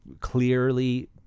clearly